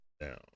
down